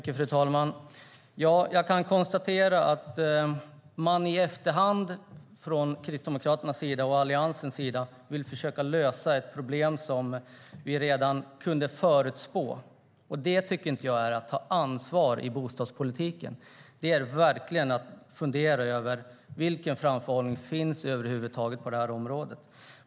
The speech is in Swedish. Fru talman! Jag kan konstatera att Kristdemokraterna och Alliansen i efterhand vill försöka lösa ett problem som vi kunde förutspå. Det tycker jag inte är att ta ansvar för bostadspolitiken. Det gäller verkligen att fundera över vilken framförhållning det finns på det här området.